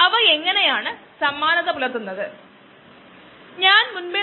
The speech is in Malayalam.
ഇത് സാന്തോമോണസ് കാമ്പെസ്ട്രിസ് ആണെന്ന് ഞാൻ കരുതുന്നു